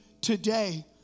today